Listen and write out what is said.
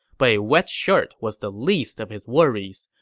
but a wet shirt was the least of his worries.